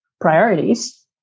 priorities